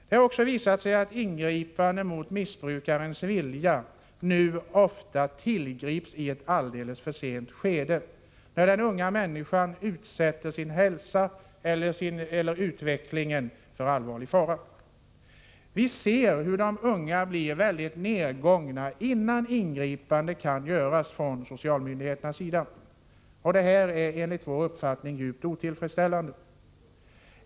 Det har också visat sig att ingripande mot missbrukarens vilja nu oftast används i ett alltför sent skede, när den unga människan utsätter sin hälsa eller utveckling för allvarlig fara. Vi ser hur de unga blir mycket nergångna innan socialmyndigheterna kan ingripa. Detta är djupt otillfredsställande.